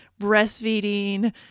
breastfeeding